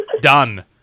Done